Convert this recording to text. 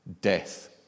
death